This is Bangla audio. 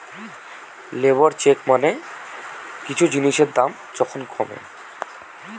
লেবর চেক মানে কিছু জিনিসের দাম যখন কমে